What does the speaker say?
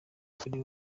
kuri